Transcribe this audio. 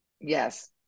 Yes